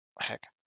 heck